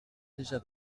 déjà